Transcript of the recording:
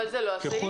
אבל זה לא הסעיף.